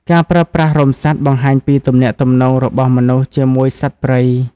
ការប្រើប្រាស់រោមសត្វបង្ហាញពីទំនាក់ទំនងរបស់មនុស្សជាមួយសត្វព្រៃ។